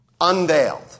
unveiled